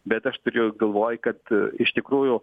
bet aš turiu galvoj kad iš tikrųjų